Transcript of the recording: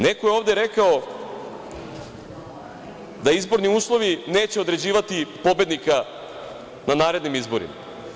Neko je ovde rekao da izborni uslovi neće određivati pobednika u narednim izborima.